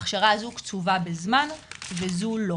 ההכשרה הזו קצובה בזמן וזו לא.